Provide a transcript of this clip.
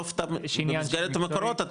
במסגרת מקורות,